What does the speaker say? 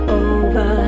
over